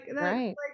Right